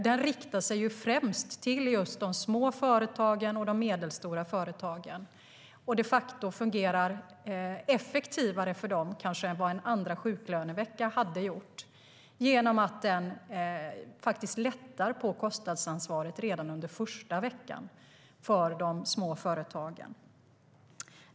Den riktar sig främst till just de små och medelstora företagen och fungerar de facto effektivare för dem än en andra sjuklönevecka hade gjort genom att den lättar på kostnadsansvaret för de små företagen redan under första veckan.